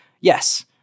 Yes